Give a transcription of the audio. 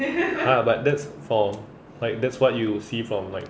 !huh! but that's from like that's what you see from like